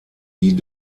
die